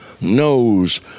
knows